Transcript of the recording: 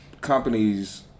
companies